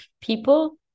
people